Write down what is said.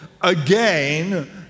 again